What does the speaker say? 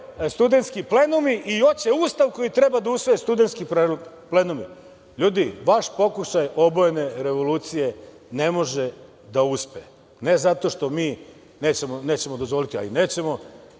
studentski plenumi i hoće Ustav koji treba da usvoje studentski plenumi. Ljudi, vaš pokušaj obojene revolucije ne može da uspe, ne zato što mi nećemo dozvoliti, a i nećemo,